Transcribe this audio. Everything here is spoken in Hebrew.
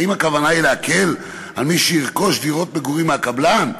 האם הכוונה היא להקל על מי שירכוש דירות מגורים מהקבלן?